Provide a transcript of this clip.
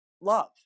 love